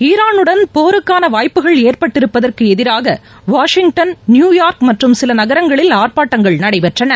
ஈரானுடன் போருக்கான வாய்ப்புகள் ஏற்பட்டிருப்பதற்கு எதிராக வாஷிங்டன் நியூயார்க் மற்றும் சில நகரங்களில் ஆர்ப்பாட்டங்கள் நடைபெற்றன